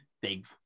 Big